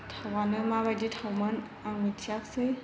थावआनो माबायदि थावमोन आं मिथियाखिसै